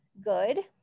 good